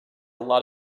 lot